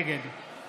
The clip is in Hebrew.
נגד